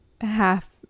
half